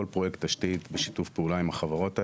פרויקט תשתית בשיתוף פעולה עם החברות האלו,